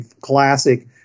classic